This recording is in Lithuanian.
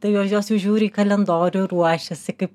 tai jos jau žiūri į kalendorių ruošiasi kai